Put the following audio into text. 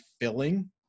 filling